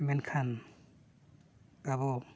ᱢᱮᱱᱠᱷᱟᱱ ᱟᱵᱚ